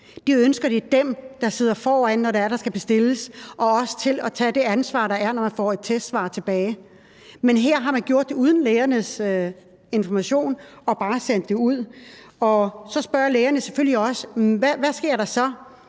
De ønsker, at det er dem, der sidder foran, når det er, der skal bestilles, og også tager det ansvar, der er, når man får et testsvar tilbage. Men her har man gjort det uden at informere lægerne og bare sendt det ud. Så spørger lægerne selvfølgelig også: Hvad sker der så,